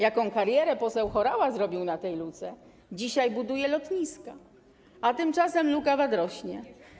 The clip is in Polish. Jaką karierę poseł Horała zrobił na tej luce, dzisiaj buduje lotniska, a tymczasem luka VAT rośnie.